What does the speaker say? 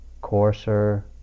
coarser